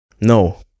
No